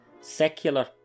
secular